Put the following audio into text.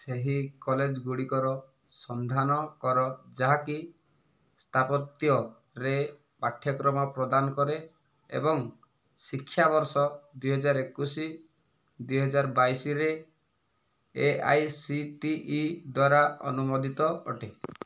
ସେହି କଲେଜଗୁଡ଼ିକର ସନ୍ଧାନ କର ଯାହାକି ସ୍ଥାପତ୍ୟରେ ପାଠ୍ୟକ୍ରମ ପ୍ରଦାନ କରେ ଏବଂ ଶିକ୍ଷାବର୍ଷ ଦୁଇହଜାର ଏକୋଇଶ ଦୁଇହଜାର ବାଇଶରେ ଏଆଇସିଟିଇ ଦ୍ଵାରା ଅନୁମୋଦିତ ଅଟେ